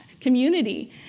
community